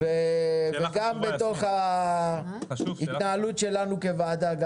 אני אבדוק גם את זה גם בתוך ההתנהלות שלנו כוועדה.